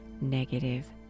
negative